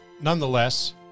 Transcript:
nonetheless